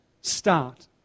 start